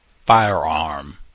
firearm